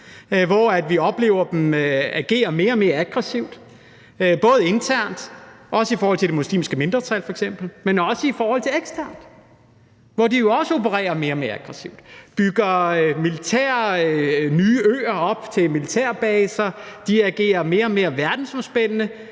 hvor vi oplever dem agere mere og mere aggressivt, både internt, også i forhold til det muslimske mindretal f.eks., men også eksternt, hvor de jo også agerer mere og mere aggressivt – de bygger øer til militærbaser; de agerer mere og mere verdensomspændende